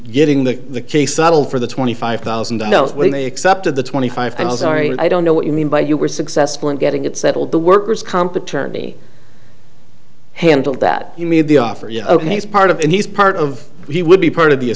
getting the the case subtle for the twenty five thousand dollars when they accepted the twenty five i'm sorry i don't know what you mean by you were successful in getting it settled the worker's comp attorney handled that you made the offer you know he's part of it he's part of he would be part of